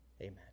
Amen